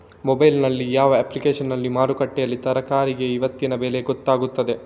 Mobile ನಲ್ಲಿ ಯಾವ ಅಪ್ಲಿಕೇಶನ್ನಲ್ಲಿ ಮಾರುಕಟ್ಟೆಯಲ್ಲಿ ತರಕಾರಿಗೆ ಇವತ್ತಿನ ಬೆಲೆ ಗೊತ್ತಾಗುತ್ತದೆ?